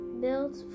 built